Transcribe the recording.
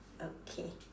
okay